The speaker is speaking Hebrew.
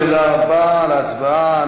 תודה רבה על ההצבעה.